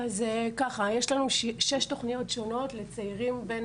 יש לנו שש תוכניות שונות לצעירים בין